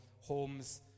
homes